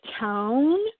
tone